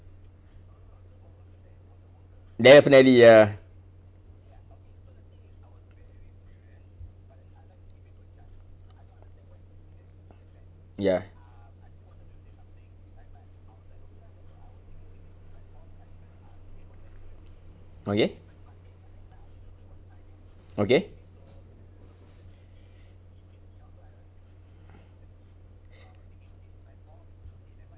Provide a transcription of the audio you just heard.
definitely ya ya okay okay